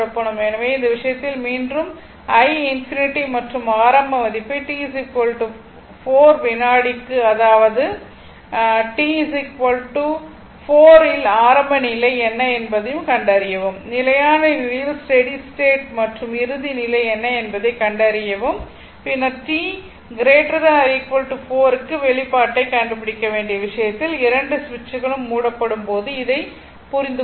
எனவே அந்த விஷயத்தில் மீண்டும் i∞ மற்றும் ஆரம்ப மதிப்பை t 4 வினாடிக்கு அதாவது t t மற்றும் t 4 இல் ஆரம்ப நிலை என்ன என்பதையும் கண்டறியவும் நிலையான நிலையில் ஸ்டெடி ஸ்டேட் ல் மற்றும் இறுதி நிலை என்ன என்பதைக் கண்டறியவும் பின்னர் t 4 க்கான வெளிப்பாட்டைக் கண்டுபிடிக்க வேண்டிய விஷயத்தில் இரண்டு சுவிட்சுகளும் மூடப்படும் போது இதை புரிந்து கொள்வோம்